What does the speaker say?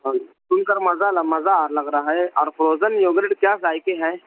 ہاں سن کر مزہ لا مزہ لگ رہا ہے اور فروزن یوگریٹ کیا ذائقے ہیں